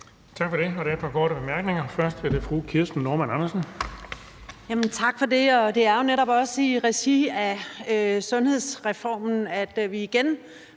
Tak for det. Det er jo netop også i regi af sundhedsreformen, at vi igen